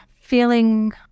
feeling